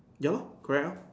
ya lor correct lor